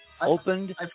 opened